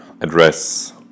address